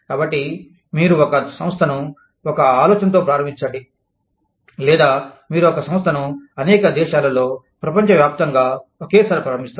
కాబట్టి మీరు ఒక సంస్థను ఒక ఆలోచనతో ప్రారంభించండి లేదా మీరు ఒక సంస్థను అనేక దేశాలలో ప్రపంచవ్యాప్తంగా ఒకేసారి ప్రారంభిస్తారు